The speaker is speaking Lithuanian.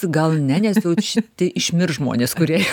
gal ne nes jau šiaip tai išmirs žmonės kurie